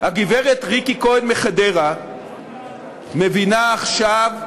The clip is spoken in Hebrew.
הגברת ריקי כהן מחדרה מבינה עכשיו,